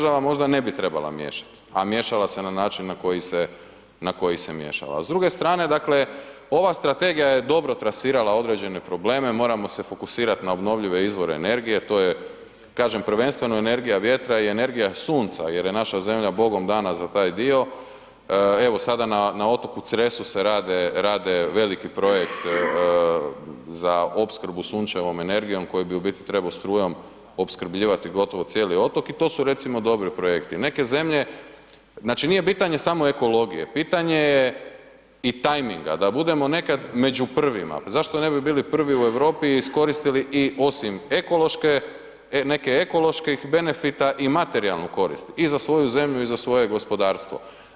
se država možda ne bi trebala miješat, a miješala se na način na koji se, na koji se miješala, a s druge strane dakle ova strategija je dobro trasirala određene probleme, moramo se fokusirat na obnovljive izvore energije, to je kažem prvenstveno energija vjetra i energija sunca jer je naša zemlja Bogom dana za taj dio, evo sada na, na otoku Cresu se rade, rade veliki projekt za opskrbu sunčevom energijom koji bi u biti trebao strujom opskrbljivati gotovo cijeli otok i to su recimo dobri projekti, neke zemlje, znači nije pitanje samo ekologije, pitanje je i tajminga, da budemo nekad među prvima, zašto ne bi bili prvi u Europi i iskoristili i osim ekološke, neke ekoloških benefita i materijalnu korist i za svoju zemlju i za svoje gospodarstvo.